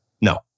No